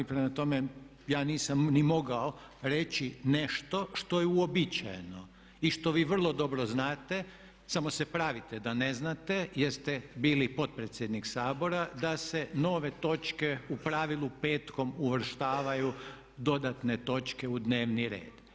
Prema tome, ja nisam ni mogao reći nešto što je uobičajeno i što vi vrlo dobro znate samo se pravite da ne znate jer ste bili potpredsjednik Sabora da se nove točke u pravilu petkom uvrštavaju, dodatne točke u dnevni red.